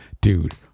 dude